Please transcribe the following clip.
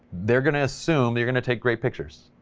they're gonna assume you're gonna take great pictures,